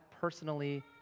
personally